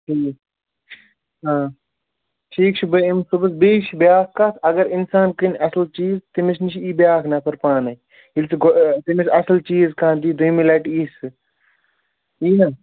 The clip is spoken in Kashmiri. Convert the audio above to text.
ٹھیٖک آ ٹھیٖک چھُ بہٕ یِم صُبَحَس بیٚیہِ چھُ بیٛاکھ کَتھ اگر اِنسان کٕنہِ اَصٕل چیٖز تٔمِس نِش یی بیٛاکھ نَفر پانَے ییٚلہِ سُہ تٔمِس اَصٕل چیٖز کانٛہہ دی دٔیمہِ لَٹہِ یی سُہ یی نا